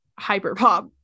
Hyperpop